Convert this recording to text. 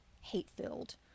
hate-filled